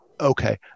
okay